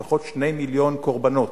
לפחות 2 מיליון קורבנות,